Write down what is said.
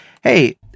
Hey